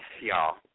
y'all